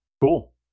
Cool